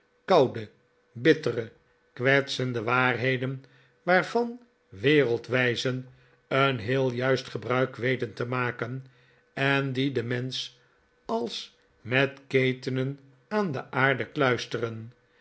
koude bittere kwetsende waarheden waarvan wereldwijzen een heel juist gebruik weten te maken en die den mensch als met ketenen aan de aarde kluisteren